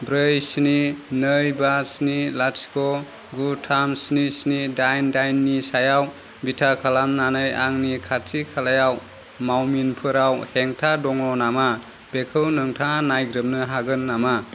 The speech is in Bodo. ब्रै स्नि नै बा स्नि लाथिख' गु थाम स्नि स्नि दाइन दाइन नि सायाव बिथा खालामनानै आंनि खाथि खालायाव मावमिनफोराव हेंथा दङ नामा बेखौ नोंथाङा नायग्रोमनो हागोन नामा